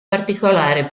particolare